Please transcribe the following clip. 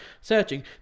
Searching